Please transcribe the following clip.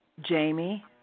Jamie